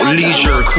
leisure